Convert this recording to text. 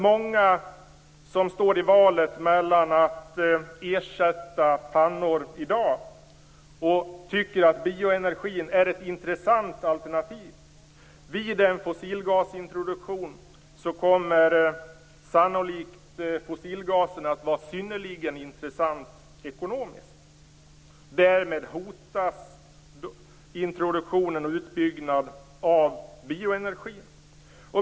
Många som i dag står i färd med att ersätta pannor och tycker att bioenergin är ett intressant alternativ kommer vid en fossilgasintroduktion sannolikt att anse fossilgasen som synnerligen intressant ekonomiskt sett. Därmed hotas introduktionen och utbyggnaden av bioenergin.